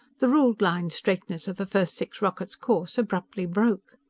the ruled-line straightness of the first six rockets' course abruptly broke.